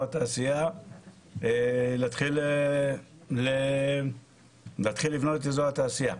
התעשייה להתחיל לבנות את אזור התעשייה,